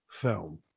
film